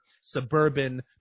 suburban